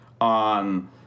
on